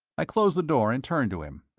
i closed the door and turned to him.